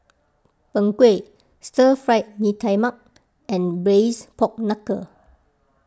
Png Kueh Stir Fry Mee Tai Mak and Braised Pork Knuckle